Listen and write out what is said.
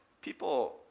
People